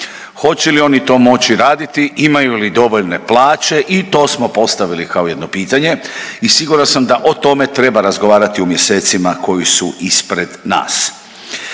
Hoće li oni to moći raditi, imaju li dovoljne plaće i to smo postavili kao jedno pitanje i siguran sam da o tome treba razgovarati u mjesecima koji su ispred nas.